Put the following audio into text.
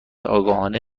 آگاهانه